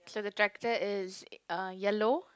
so the tractor is uh yellow